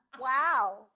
Wow